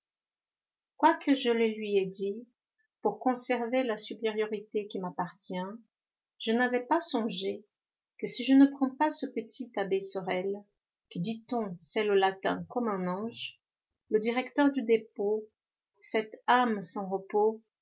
quoique je le lui aie dit pour conserver la supériorité qui m'appartient je n'avais pas songé que si je ne prends pas ce petit abbé sorel qui dit-on sait le latin comme un ange le directeur du dépôt cette âme sans repos